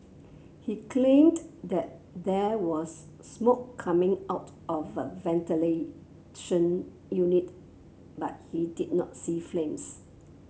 he claimed that there was smoke coming out of a ventilation unit but he did not see flames